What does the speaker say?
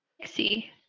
Pixie